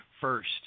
first